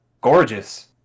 gorgeous